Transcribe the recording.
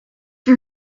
you